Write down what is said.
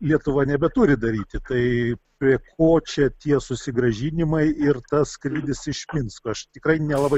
lietuva nebeturi daryti tai prie ko čia tie susigrąžinimai ir tas skrydis iš minsko aš tikrai nelabai